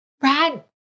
Brad